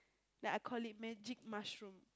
then I call it magic mushroom